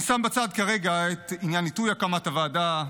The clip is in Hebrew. אני שם בצד כרגע את עניין עיתוי הקמת הוועדה,